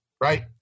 right